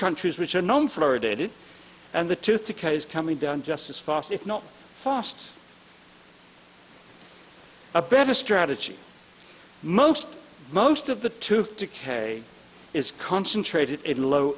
countries which are known for dated and the tooth decay is coming down just as fast if not fast a better strategy most most of the tooth decay is concentrated in low